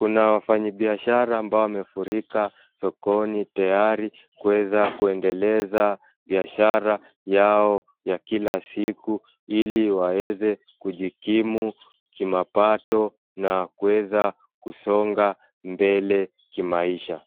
Kuna wafanyi biashara ambao wamefurika sokoni tayari kuweza kuendeleza biashara yao ya kila siku ili waweze kujikimu kimapato na kuweza kusonga mbele kimaisha.